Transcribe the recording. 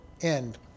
end